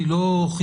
היא לא חינוכית,